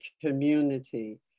community